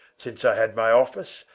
since i had my office,